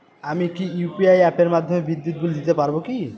আমি কি ইউ.পি.আই অ্যাপের মাধ্যমে বিদ্যুৎ বিল দিতে পারবো কি?